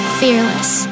fearless